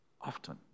often